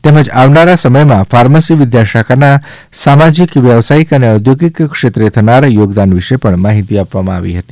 તેમજ આવનારા સમયમાં ફાર્મસી વિદ્યાશાખાના સામાજીક વ્યવાસયિક અને ઔદ્યોગિક ક્ષેત્રે થનાર યોગદાન વિશે પણ માહિતી આપવામાં આવી હતી